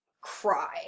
cry